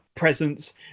presence